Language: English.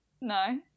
No